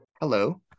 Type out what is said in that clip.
Hello